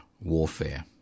warfare